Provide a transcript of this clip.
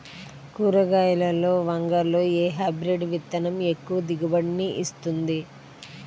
కూరగాయలలో వంగలో ఏ హైబ్రిడ్ విత్తనం ఎక్కువ దిగుబడిని ఇస్తుంది?